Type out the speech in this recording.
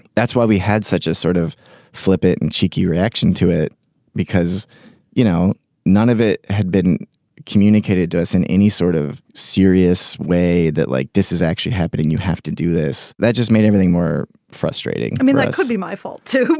that's why we had such a sort of flip it and cheeky reaction to it because you know none of it had been communicated to us in any sort of serious way that like this is actually happening you have to do this. that just made everything were frustrating i mean like it could be my fault too